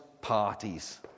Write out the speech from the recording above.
parties